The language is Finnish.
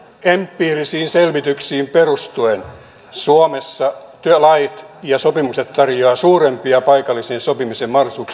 empiirisiin selvityksiin perustuen suomessa työlait ja sopimukset tarjoavat suurempia paikallisen sopimisen mahdollisuuksia